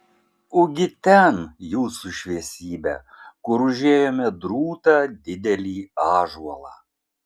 ugi ten jūsų šviesybe kur užėjome drūtą didelį ąžuolą